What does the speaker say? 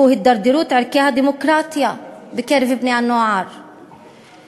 הוא הידרדרות ערכי הדמוקרטיה בקרב בני-הנוער